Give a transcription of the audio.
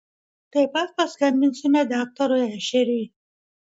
taip pat paskambinsime daktarui ešeriui